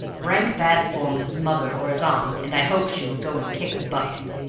rank bad form of his mother or his aunt, and i hope she will go and kick the bucket.